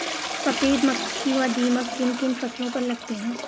सफेद मक्खी व दीमक किन किन फसलों पर लगते हैं?